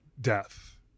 death